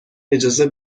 اجازه